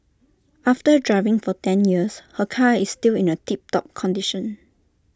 after driving for ten years her car is still in A tip top condition